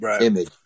image